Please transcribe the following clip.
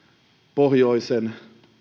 pohjoisen